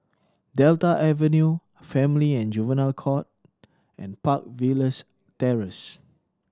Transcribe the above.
Delta Avenue Family and Juvenile Court and Park Villas Terrace